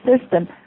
system